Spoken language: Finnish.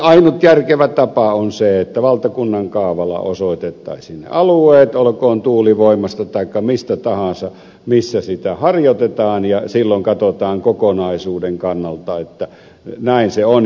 ainut järkevä tapa on se että valtakunnan kaavalla osoitettaisiin ne alueet olkoon kyse tuulivoimasta taikka mistä tahansa missä sitä harjoitetaan ja silloin katsotaan kokonaisuuden kannalta että näin se on